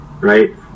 Right